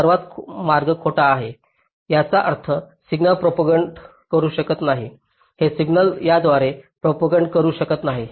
हा संपूर्ण मार्ग खोटा मार्ग आहे याचा अर्थ सिग्नल प्रोपागंट करू शकत नाही हे सिग्नल याद्वारे प्रोपागंट करू शकत नाही